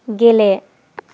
गेले